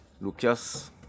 Lucas